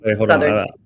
Southern